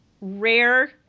rare